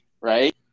right